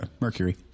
mercury